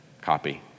copy